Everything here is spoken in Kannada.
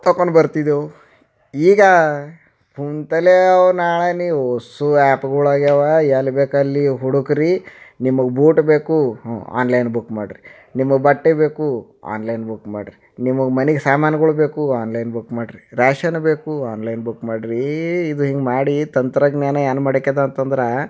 ತೊಗೊಂ ಬರ್ತಿದೆವು ಈಗ ಕೂತಲ್ಲೇ ಅವ್ನಳೆ ನೀವು ಒಸ್ಸು ಆ್ಯಪ್ಗಳಾಗ್ಯವ ಎಲ್ಲಿ ಬೇಕಲ್ಲಿ ಹುಡುಕಿರಿ ನಿಮಗೆ ಬೂಟ್ ಬೇಕು ಆನ್ಲೈನ್ ಬುಕ್ ಮಾಡಿರಿ ನಿಮಗೆ ಬಟ್ಟೆ ಬೇಕು ಆನ್ಲೈನ್ ಬುಕ್ ಮಾಡಿರಿ ನಿಮಗೆ ಮನಿಗೆ ಸಾಮಾನುಗಳು ಬೇಕು ಆನ್ಲೈನ್ ಬುಕ್ ಮಾಡಿರಿ ರ್ಯಾಷನ್ ಬೇಕು ಆನ್ಲೈನ್ ಬುಕ್ ಮಾಡಿರಿ ಈ ಇದು ಹಿಂಗೆ ಮಾಡಿ ತಂತ್ರಜ್ಞಾನ ಏನ್ ಮಾಡಾಕ್ಯದ ಅಂತಂದ್ರೆ